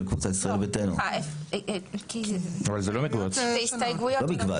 אלה הסתייגויות.